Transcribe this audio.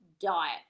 diet